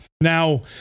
now